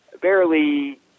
barely